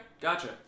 gotcha